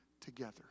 together